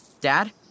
Dad